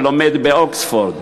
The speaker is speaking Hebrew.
הלומד באוקספורד,